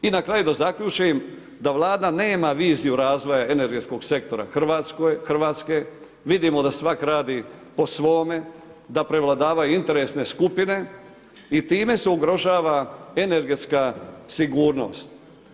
I na kraju da zaključim da Vlada nema viziju razvoja energetskog sektora Hrvatske, vidimo da svak radi po svome, da prevladavaju interesne skupine i time se ugrožava energetska sigurnost.